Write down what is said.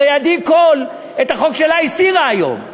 הרי עדי קול את החוק שלה הסירה היום.